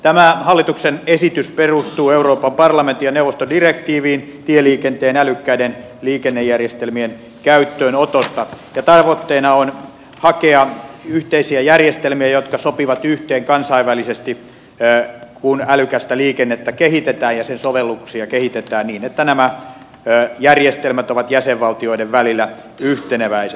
tämä hallituksen esitys perustuu euroopan parlamentin ja neuvoston direktiiviin tieliikenteen älykkäiden liikennejärjestelmien käyttöönotosta ja tavoitteena on hakea yhteisiä järjestelmiä jotka sopivat yhteen kansainvälisesti kun älykästä liikennettä kehitetään ja sen sovelluksia kehitetään niin että nämä järjestelmät ovat jäsenvaltioiden välillä yhteneväiset